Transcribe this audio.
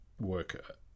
work